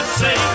say